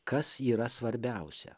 kas yra svarbiausia